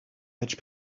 which